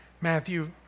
Matthew